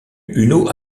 eau